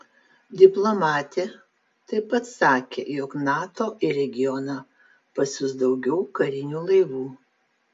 diplomatė taip pat sakė jog nato į regioną pasiųs daugiau karinių laivų